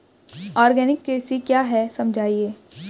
Organic कृषि क्या है समझाइए?